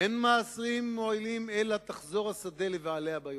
ואין מעשיהם מועילין אלא תחזור השדה לבעליה ביובל".